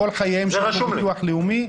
כל חייהם שילמו ביטוח לאומי.